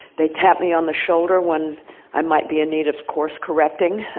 they tap me on the shoulder when i might be in need of course-correcting.